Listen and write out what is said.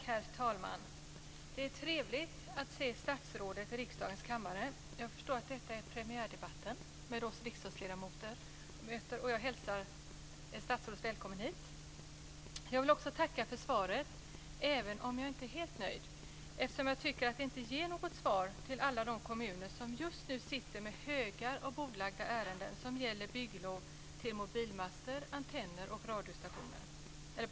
Herr talman! Det är trevligt att se statsrådet i riksdagens kammare. Jag förstår att detta är premiärdebatten med oss riksdagsledamöter, och jag hälsar statsrådet välkommen hit. Jag vill också tacka för svaret, även om jag inte är helt nöjd eftersom jag tycker att det inte ger något besked till alla de kommuner som just nu sitter med högar av bordlagda ärenden som gäller bygglov till mobilmaster, antenner och basstationer.